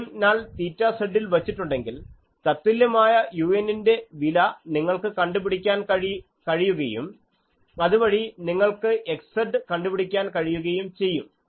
beam null θz ൽ വെച്ചിട്ടുണ്ടെങ്കിൽ തത്തുല്യമായ u ന്റെ വില നിങ്ങൾക്ക് കണ്ടുപിടിക്കാൻ കഴിയുകയും അതുവഴി നിങ്ങൾക്ക് xz കണ്ടുപിടിക്കാൻ കഴിയുകയും ചെയ്യും